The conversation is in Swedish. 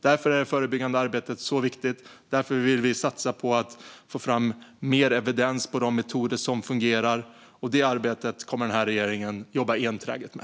Därför är det förebyggande arbetet så viktigt, och därför vill vi satsa på att få fram mer evidens när det gäller de metoder som fungerar. Det kommer denna regering att jobba enträget med.